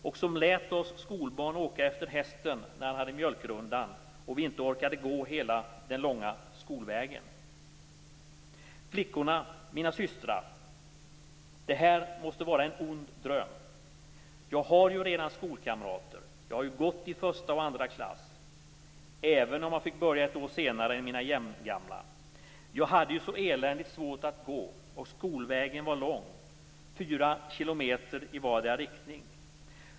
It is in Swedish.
Och som lät oss skolbarn åka efter hästen när han hade mjölkrundan och vi inte orkade gå hela den långa skolvägen! Flickorna, mina systrar! Det här måste vara en ond dröm. Jag har ju redan skolkamrater, har ju gått i första och andra klass, även om jag fick börja ett år senare än mina jämngamla. Jag hade ju så eländigt svårt för att gå, och skolvägen var lång, fyra kilometer i vardera riktningen.